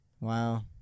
Wow